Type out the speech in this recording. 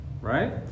right